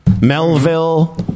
Melville